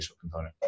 component